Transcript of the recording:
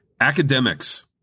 academics